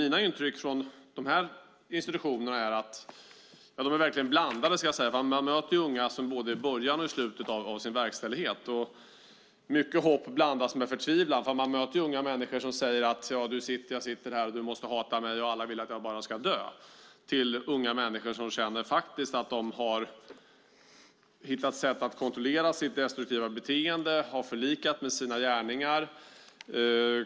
Mina intryck från dessa institutioner är blandade. Man möter både unga som är i början och i slutet av verkställigheten. Hopp blandas med förtvivlan. En del unga människor säger: Jag sitter här, och du måste hata mig. Alla vill att jag ska dö. Andra känner att de har hittat sätt att kontrollera sitt destruktiva beteende och har förlikat sig med sina gärningar.